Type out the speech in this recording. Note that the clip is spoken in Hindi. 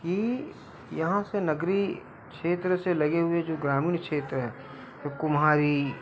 कि यहाँ से नगरी क्षेत्र से लगे हुए जो ग्रामीण क्षेत्र हैं जो कुम्हारी